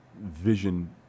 vision